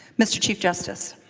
mr. chief justice